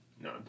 No